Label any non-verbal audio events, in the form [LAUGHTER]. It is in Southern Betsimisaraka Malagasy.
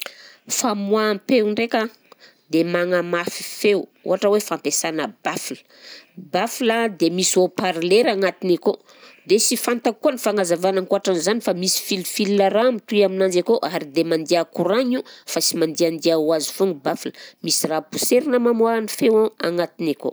[NOISE] Famoaham-peo ndraika dia magnamafy feo ohatra hoe fampiasana baffle, baffle a dia misy haut parlera agnatiny akao dia sy fantako koa ny fagnazavana ankoatran'izany fa misy fil-fil raha mitohy aminanjy akao ary dia mandià koragna io fa sy mandiàndià ho azy foagna i baffle, misy raha poserina mamoà ny feo agnatiny akao.